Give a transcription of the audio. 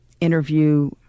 interview